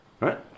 right